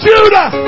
Judah